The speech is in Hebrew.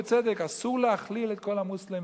בצדק: אסור להכליל את כל המוסלמים,